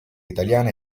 italiane